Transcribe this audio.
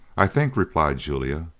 i think, replied julia,